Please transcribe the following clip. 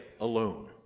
alone